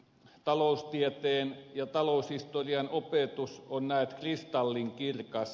taloustieteen ja taloushistorian opetus on näet kristallinkirkas